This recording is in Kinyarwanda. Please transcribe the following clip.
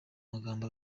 magambo